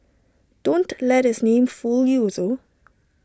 don't let its name fool you though